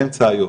באמצע היום,